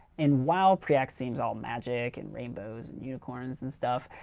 and while preact seems all magic and rainbows and unicorns and stuff,